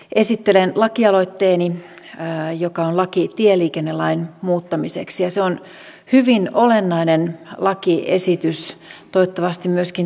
esittelen lakialoitteeni joka on laki tieliikennelain muuttamiseksi ja se on hyvin olennainen lakiesitys toivottavasti myöskin toteutuu